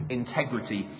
integrity